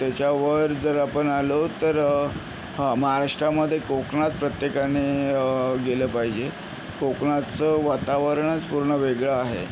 त्याच्यावर जर आपण आलो तर हं महाराष्ट्रामध्ये कोकणात प्रत्येकाने गेलं पाहिजे कोकणाचं वातावरणच पूर्ण वेगळं आहे